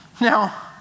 Now